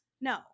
no